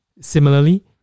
Similarly